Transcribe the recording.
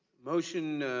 motion,